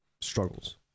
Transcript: struggles